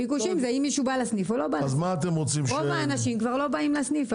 רוב האנשים כבר לא באים לסניף.